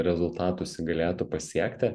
rezultatus ji galėtų pasiekti